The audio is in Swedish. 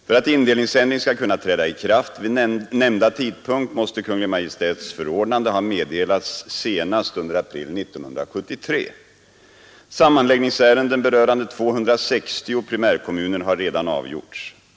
För att indelningsändring skall kunna träda i kraft vid nämnda tidpunkt måste Kungl. Maj:ts förordnande ha meddelats senast under april 1973. Sammanläggningsärenden berörande 260 primärkommuner har redan avgjorts.